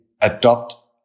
adopt